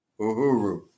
Uhuru